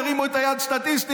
ירימו את היד סטטיסטית,